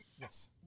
Yes